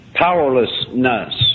Powerlessness